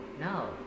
no